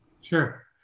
Sure